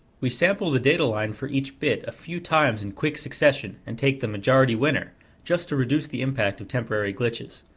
we sample the data line for each bit a few times in quick succession and take the majority winner just to reduce the impact of temporary glitches.